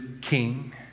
King